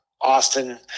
Austin